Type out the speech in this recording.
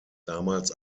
damals